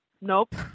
nope